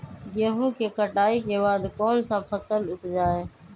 गेंहू के कटाई के बाद कौन सा फसल उप जाए?